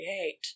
create